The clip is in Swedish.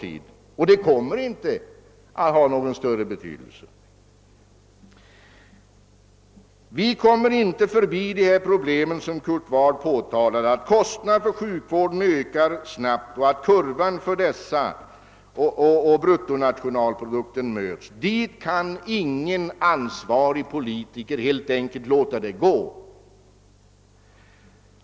Nej, och de kommer inte heller i framtiden att ha någon större betydelse. Vi kommer inte förbi det problem som Kurt Ward påtalade, nämligen att kostnaderna för sjukvården ökar snabbt och att kurvan för dessa kostnader och siffran för bruttonationalprodukten tenderar att mötas. Dit kan ingen ansvarig politiker. helt enkelt låta det gå.